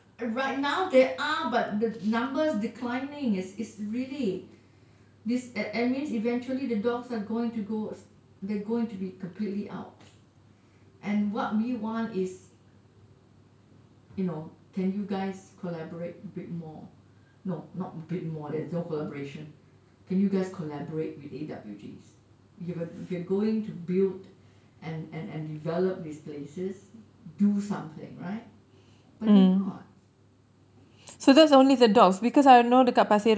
right now there are but the numbers declining is is really this that means eventually the dogs are going to go ex~ they're going to be completely out and what we want is you know can you guys collaborate a bit more no not bit more there's no collaboration can you guys collaborate with A_W_G given if you're going to build and develop these places do something right but they're not